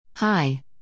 Hi